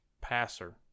Passer